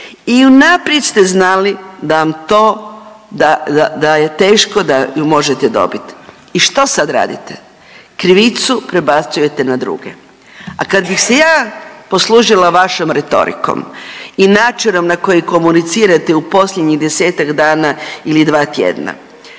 i unaprijed ste znali da vam to, da je teško da ju možete dobit. I što sad radite? Krivicu prebacujete na druge. A kad bih se ja poslužila vašom retorikom i načinom na koji komunicirate u posljednjih 10-ak dana ili 2 tjedna.